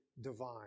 divine